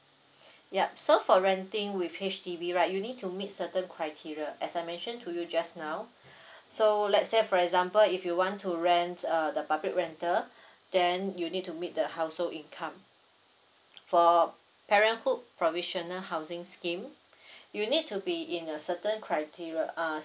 yup so for renting with H_D_B right you need to meet certain criteria as I mention to you just now so let's say for example if you want to rent uh the public rental then you need to meet the household income for parenthood provisional housings scheme you need to be in a certain criteria uh